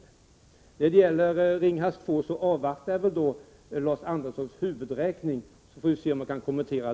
Då det gäller Ringhals 2 väntar jag med mina kommentarer tills Lars Anderssons huvudräkning är klar.